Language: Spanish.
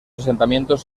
asentamientos